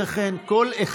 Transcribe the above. אחרי כן, כל אחד,